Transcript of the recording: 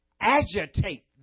agitate